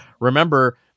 Remember